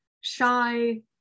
shy